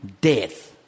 death